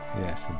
yes